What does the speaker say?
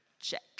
check